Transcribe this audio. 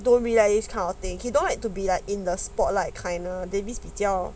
don't really like kind of thing he don't like to be like in the spotlight kind ah davies 比较